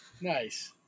Nice